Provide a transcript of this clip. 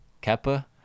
Kappa